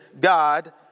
God